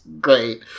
great